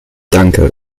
danke